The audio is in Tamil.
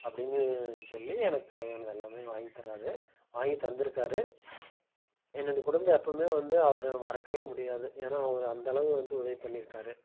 அப்படின்னு சொல்லி எனக்கு தேவையானது எல்லாமே வாங்கி தருவார் வாங்கி தந்திருக்காரு என்னோடய குடும்பம் எப்பையும் வந்து அவர் மறக்கவே முடியாது ஏன்னால் அவர் அந்தளவு வந்து உதவி பண்ணியிருக்காரு